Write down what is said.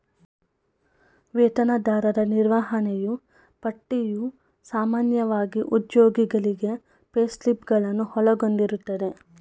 ವೇತನದಾರರ ನಿರ್ವಹಣೆಯೂ ಪಟ್ಟಿಯು ಸಾಮಾನ್ಯವಾಗಿ ಉದ್ಯೋಗಿಗಳಿಗೆ ಪೇಸ್ಲಿಪ್ ಗಳನ್ನು ಒಳಗೊಂಡಿರುತ್ತದೆ